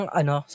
ano